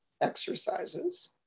exercises